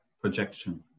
projection